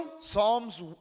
Psalms